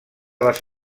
les